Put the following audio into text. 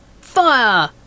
Fire